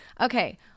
Okay